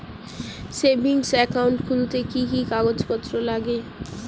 Savings account খুলতে কি কি কাগজপত্র লাগে?